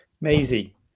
Maisie